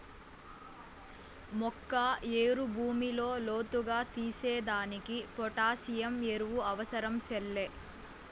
మొక్క ఏరు భూమిలో లోతుగా తీసేదానికి పొటాసియం ఎరువు అవసరం సెల్లే